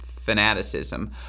fanaticism